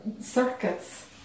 circuits